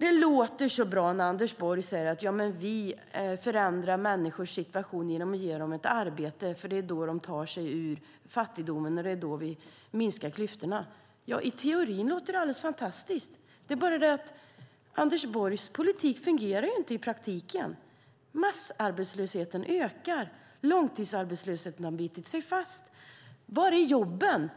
Det låter så bra när Anders Borg säger: Ja, men vi förändrar människors situation genom att ge dem ett arbete, för det är då de tar sig ur fattigdomen, och det är då vi minskar klyftorna. Ja, i teorin låter det alldeles fantastiskt. Det är bara det att Anders Borgs politik inte fungerar i praktiken. Massarbetslösheten ökar. Långtidsarbetslösheten har bitit sig fast. Var är jobben?